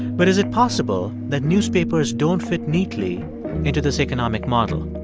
but is it possible that newspapers don't fit neatly into this economic model,